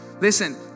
Listen